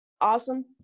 awesome